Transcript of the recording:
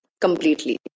completely